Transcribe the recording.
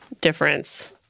Difference